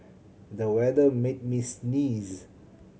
the weather made me sneeze